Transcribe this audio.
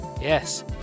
yes